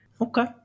Okay